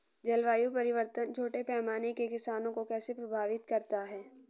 जलवायु परिवर्तन छोटे पैमाने के किसानों को कैसे प्रभावित करता है?